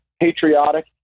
patriotic